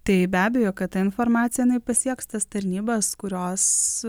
tai be abejo kad ta informacija pasieks tas tarnybas kurios